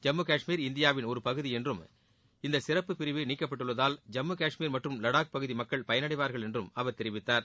ஜம்மு காஷ்மீர் இந்தியாவின் ஒரு பகுதி என்றம் இந்த சிறப்பு பிரிவு நீக்கப்பட்டுள்ளதால் ஜம்மு காஷ்மீர் மற்றும் லடாக் பகுதி மக்கள் பயனடைவார்கள் என்றும் அவர் தெரிவித்தார்